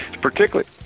particularly